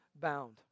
bound